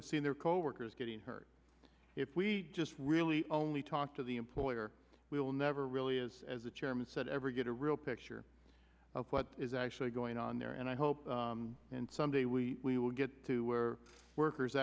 have seen their coworkers getting hurt if we just really only talk to the employer we will never really is as the chairman said ever get a real picture of what is actually going on there and i hope and someday we will get to where workers